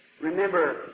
Remember